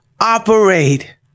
operate